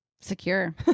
secure